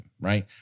right